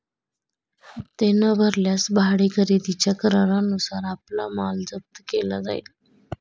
हप्ते न भरल्यास भाडे खरेदीच्या करारानुसार आपला माल जप्त केला जाईल